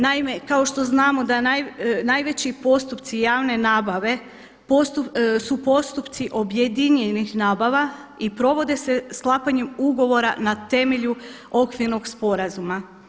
Naime, kao što znamo da najveći postupci javne nabave su postupci objedinjenih nabava i provode se sklapanjem ugovora na temelju Okvirnog sporazuma.